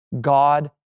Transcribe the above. God